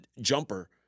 jumper